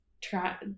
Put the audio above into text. try